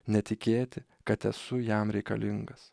netikėti kad esu jam reikalingas